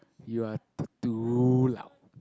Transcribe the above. you are t~ too loud